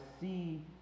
see